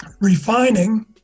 refining